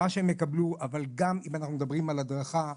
אבל גם אם מדברים על הדרכה,